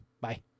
Bye